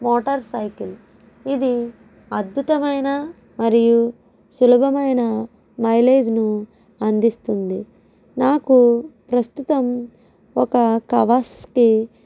motor cycle ఇది అద్భుతమైన మరియు సులభమైన మైలేజ్ ను అందిస్తుంది నాకు ప్రస్తుతం ఒక కవాసకి